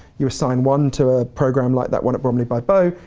you assign one to a programme like that one at bromley by bow,